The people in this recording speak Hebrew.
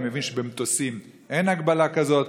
אני מבין שבמטוסים אין הגבלה כזאת,